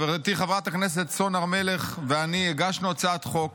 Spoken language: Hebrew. חברתי חברת הכנסת סון הר מלך ואני הגשנו הצעת חוק